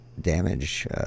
damage